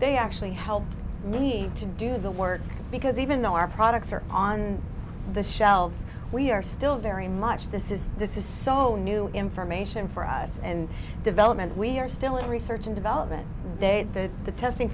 they actually helped me to do the work because even though our products are on the shelves we are still very much this is this is so new information for us and development we are still the research and development they had that the testing